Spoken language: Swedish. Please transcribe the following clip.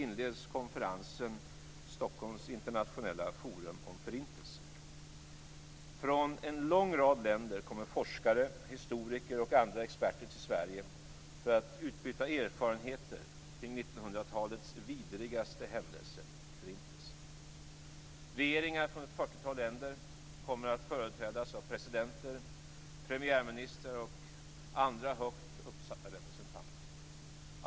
Det startar vi i morgon. Herr talman! Regeringar från ett 40-tal länder kommer att företrädas av presidenter, premiärministrar och andra högt uppsatta representanter.